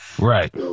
Right